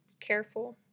Careful